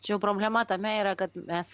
tačiau problema tame yra kad mes